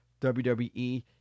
WWE